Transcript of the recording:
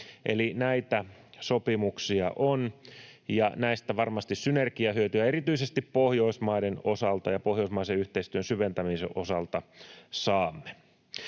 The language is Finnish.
näitä sopimuksia on, ja näistä varmasti synergiahyötyä erityisesti Pohjoismaiden osalta ja pohjoismaisen yhteistyön syventämisen osalta saamme.